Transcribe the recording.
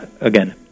again